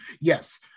Yes